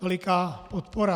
Veliká podpora.